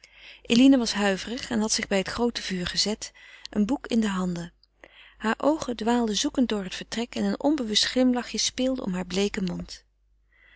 eline was huiverig en had zich bij het groote vuur gezet een boek in de handen haar oogen dwaalden zoekend door het vertrek en een onbewust glimlachje speelde om haar bleeken mond